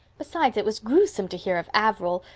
besides, it was gruesome to hear of averil,